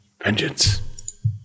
Vengeance